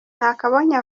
nakabonye